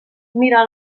mira